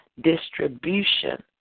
distribution